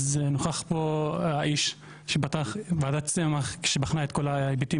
אז נוכח פה האיש שפתח את ועדת צמח שבחנה את כל ההיבטים